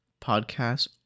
Podcasts